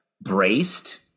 braced